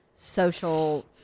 social